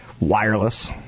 Wireless